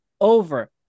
over